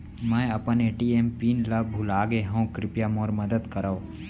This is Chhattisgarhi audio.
मै अपन ए.टी.एम पिन ला भूलागे हव, कृपया मोर मदद करव